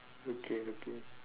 okay okay